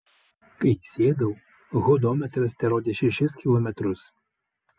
kai įsėdau hodometras terodė šešis kilometrus